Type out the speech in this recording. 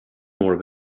more